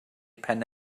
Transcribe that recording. pen